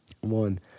One